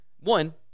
one